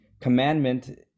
commandment